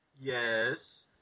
yes